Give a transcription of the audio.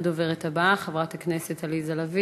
הדוברת הבאה, חברת הכנסת עליזה לביא,